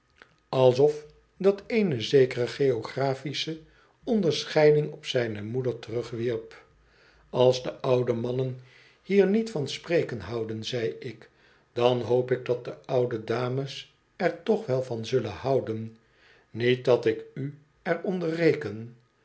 alsof dat eene zekere geographische onderscheiding op zijne moeder terugwierp als de ouwe mannen hier niet van spreken houden zei ik dan hoop ik dat de ouwe dames er toch wel van zullen houden niet dat ik u er onder reken